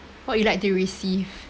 what you like to receive